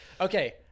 Okay